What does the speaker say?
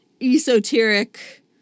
esoteric